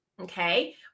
okay